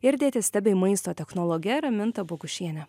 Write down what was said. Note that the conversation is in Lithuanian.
ir dietiste bei maisto technologe raminta bogušiene